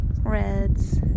reds